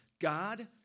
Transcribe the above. God